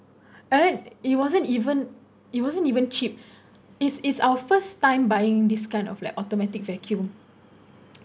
and then it wasn't even it wasn't even cheap is is our first time buying this kind of like automatic vacuum